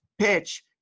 PITCH